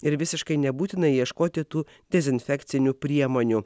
ir visiškai nebūtina ieškoti tų dezinfekcinių priemonių